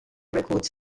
records